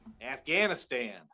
Afghanistan